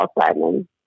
Simon